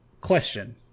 Question